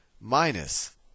minus